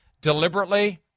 deliberately